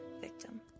victim